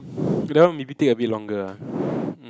that one maybe take a bit longer ah